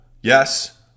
yes